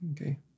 Okay